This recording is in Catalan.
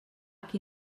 qui